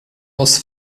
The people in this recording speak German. aus